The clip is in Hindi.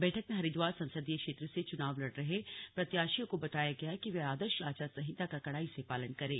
बैठक में एक हरिद्वार संसदीय क्षेत्र से चुनाव लड़ रहे प्रत्याशियों को बताया गया कि वे आदर्श आचार संहिता का कड़ाई से पालन करें